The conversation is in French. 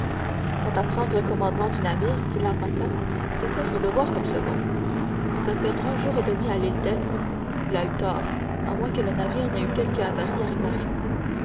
quant à prendre le commandement du navire dit l'armateur c'était son devoir comme second quant à perdre un jour et demi à l'île d'elbe il a eu tort à moins que le navire n'ait eu quelque avarie à réparer